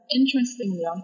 interestingly